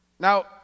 Now